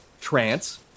trance